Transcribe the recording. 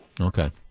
Okay